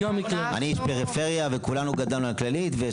אני איש פריפריה וכולנו גדלנו על "כללית",